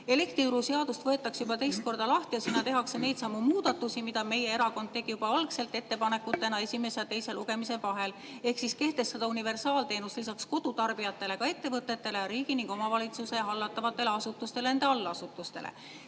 Elektrituruseadust võetakse juba teist korda lahti ja sinna tehakse neidsamu muudatusi, mida meie erakond tegi juba algselt ettepanekutena esimese ja teise lugemise vahel, ehk siis kehtestada universaalteenus lisaks kodutarbijatele ka ettevõtetele ja riigi ning omavalitsuse hallatavatele asutustele ja nende allasutustele.